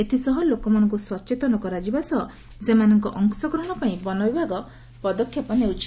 ଏଥିସହ ଲୋକମାନଙ୍କୁ ସଚେତନ କରାଯିବା ସହ ସେମାନଙ୍କ ଅଂଶଗ୍ରହଣ ପାଇଁ ବନବିଭାଗ ପଦକ୍ଷେପ ନେଉଛି